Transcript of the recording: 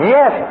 Yes